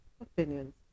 Opinions